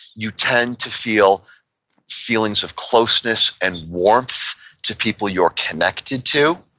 you tend to feel feelings of closeness and warmth to people you're connected to,